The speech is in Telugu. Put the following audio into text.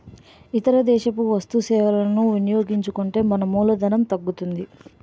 ఇతర దేశపు వస్తు సేవలని వినియోగించుకుంటే మన మూలధనం తగ్గుతుంది